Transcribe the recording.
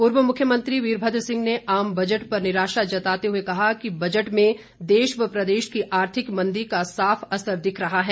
पूर्व मुख्यमंत्री वीरभद्र सिंह ने आम बजट पर निराशा जताते हुए कहा है कि बजट में देश व प्रदेश की आर्थिक मंदी का साफ असर दिख रहा है